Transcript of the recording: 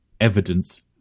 evidence